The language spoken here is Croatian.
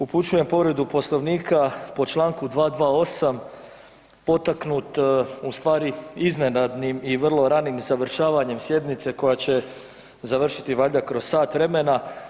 Upućujem povredu Poslovnika po čl. 228. potaknut ustvari iznenadnim i vrlo ranim završavanjem sjednice koja će završiti valjda kroz sat vremena.